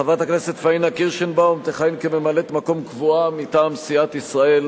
חברת הכנסת פניה קירשנבאום תכהן כממלאת-מקום קבועה מטעם סיעת ישראל